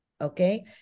Okay